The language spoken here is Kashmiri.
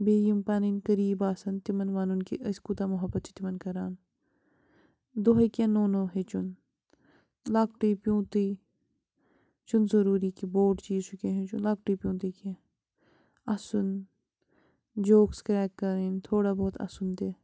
بیٚیہِ یِم پَنٕنۍ قریٖب آسَن تِمَن وَنُن کہِ أسۍ کوٗتاہ محبت چھِ تِمَن کَران دۄہَے کیٚنٛہہ نوٚو نوٚو ہیٚچھُن لۄکٹُے پیوٗنٛتٕے یہِ چھُنہٕ ضٔروٗری کہِ بوٚڈ چیٖز چھُ کیٚنٛہہ ہیٚچھُن لۄکٹُے پیوٗنٛتٕے کیٚنٛہہ اَسُن جوکٕس کرٛیک کَرٕنۍ تھوڑا بہت اَسُن تہِ